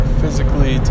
physically